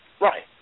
Right